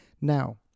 Now